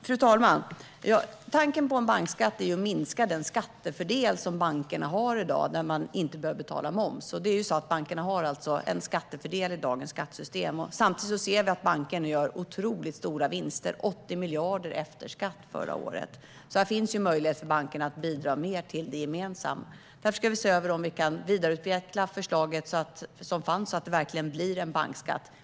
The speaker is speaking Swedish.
Fru talman! Tanken med en bankskatt är att minska den skattefördel som bankerna har i dag som innebär att de inte behöver betala moms. Samtidigt som bankerna har en skattefördel i dagens system gör de otroligt stora vinster. Förra året var det 80 miljarder efter skatt. Här finns alltså möjlighet för bankerna att bidra mer till det gemensamma. Därför ska vi se över om vi kan vidareutveckla förslaget som finns så att det verkligen blir en skatt.